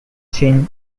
seen